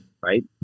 right